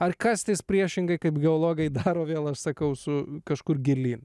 ar kastis priešingai kaip geologai daro vėl sakau su kažkur gilyn